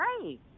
great